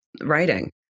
writing